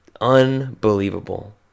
unbelievable